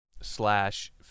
slash